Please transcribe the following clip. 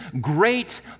great